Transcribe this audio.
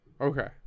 Okay